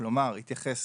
כלומר התייחס